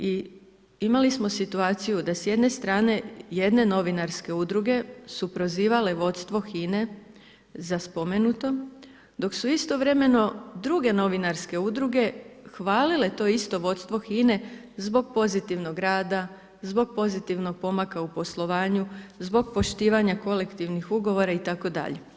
Imali smo situaciju da s jedne strane jedne novinarske udruge su prozivali vodstvo HINA-e za spomenuto dok su istovremeno druge novinarske udruge hvalile to isto vodstvo HINA-e zbog pozitivnog rada, zbog pozitivnog pomaka u poslovanju, zbog poštivanja kolektivnih ugovora itd.